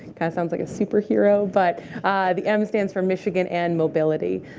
kind of sounds like a superhero. but the m stands for michigan and mobility.